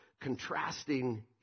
contrasting